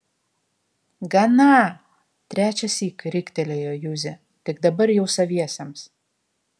gana trečiąsyk riktelėjo juzė tik dabar jau saviesiems